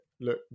look